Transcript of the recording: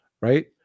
Right